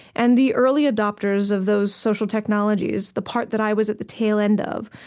and the early adopters of those social technologies, the part that i was at the tail end of,